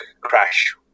crash